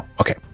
Okay